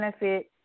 benefit